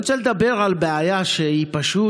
אני רוצה לדבר על בעיה שפשוט